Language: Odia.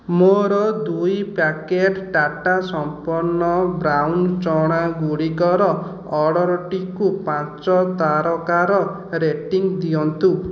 ମୋର ଦୁଇ ପ୍ୟାକେଟ୍ ଟାଟା ସମ୍ପନ୍ନ ବ୍ରାଉନ୍ ଚଣାଗୁଡ଼ିକର ଅର୍ଡ଼ର୍ଟିକୁ ପାଞ୍ଚ ତାରକାର ରେଟିଂ ଦିଅନ୍ତୁ